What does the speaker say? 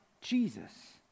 Jesus